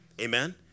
Amen